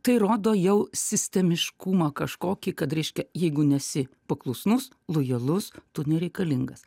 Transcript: tai rodo jau sistemiškumą kažkokį kad reiškia jeigu nesi paklusnus lojalus tu nereikalingas